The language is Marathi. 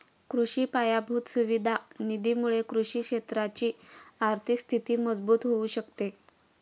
कृषि पायाभूत सुविधा निधी मुळे कृषि क्षेत्राची आर्थिक स्थिती मजबूत होऊ शकते